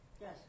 Yes